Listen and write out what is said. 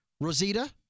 Rosita